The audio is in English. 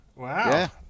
Wow